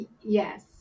Yes